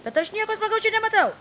bet aš nieko smagaus čia nematau